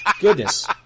Goodness